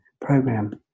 program